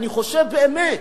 אני חושב שבאמת,